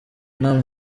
nta